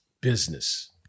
business